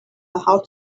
how